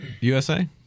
USA